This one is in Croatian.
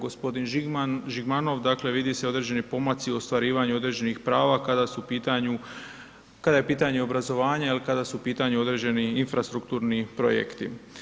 G. Žigman, Žigmanov, dakle vidi se određeni pomaci u ostvarivanju određenih prava kada su u pitanju, kada je pitanje obrazovanje, kada su u pitanju određeni infrastrukturni projekti.